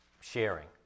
sharing